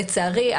לצערי,